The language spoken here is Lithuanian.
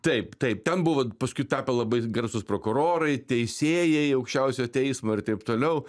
taip taip ten buvo paskui tapę labai garsūs prokurorai teisėjai aukščiausiojo teismo ir taip toliau